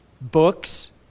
books